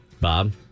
Bob